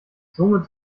somit